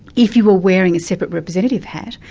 if you were wearing a separate representative hat,